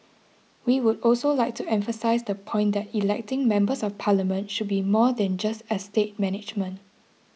we would also like to emphasise the point that electing Members of Parliament should be more than just estate management